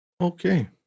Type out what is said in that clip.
okay